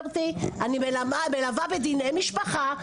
אני מלווה בדיני משפחה.